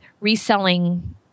reselling